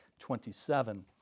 27